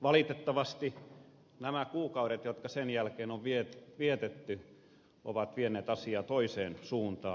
valitettavasti nämä kuukaudet jotka sen jälkeen on vietetty ovat vieneet asiaa toiseen suuntaan